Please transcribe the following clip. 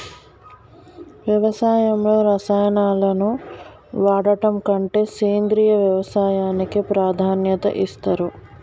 వ్యవసాయంలో రసాయనాలను వాడడం కంటే సేంద్రియ వ్యవసాయానికే ప్రాధాన్యత ఇస్తరు